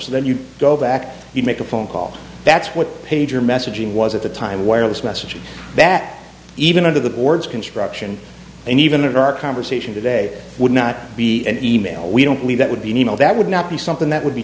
so then you go back you make a phone call that's what pager messaging was at the time wireless messages that even under the board's construction and even in our conversation today would not be an e mail we don't believe that would be an e mail that would not be something that would be